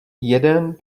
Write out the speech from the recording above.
jeden